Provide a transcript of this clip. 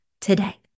today